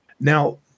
Now